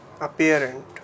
Apparent